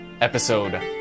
episode